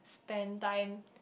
spend time